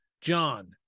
John